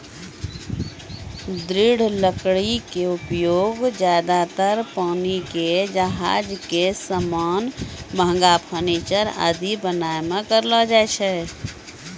दृढ़ लकड़ी के उपयोग ज्यादातर पानी के जहाज के सामान, महंगा फर्नीचर आदि बनाय मॅ करलो जाय छै